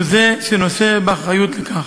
הוא זה שנושא באחריות לכך.